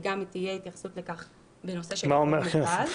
וגם תהיה התייחסות לכך בנושא אזור מוגבל,